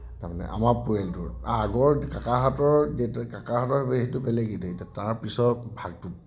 তাৰমানে আমাৰ পৰিয়ালটোৰ আগৰ কাকাহঁতৰ দেতা কাকাহঁতৰ হেৰিটো বেলেগেই এতিয়া তাৰপিছত